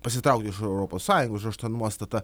pasitraukti iš europos sąjungos už tą nuostatą